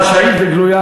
חשאית או גלויה,